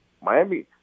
Miami